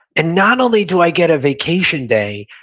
and not only do i get a vacation day,